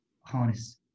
harness